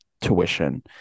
tuition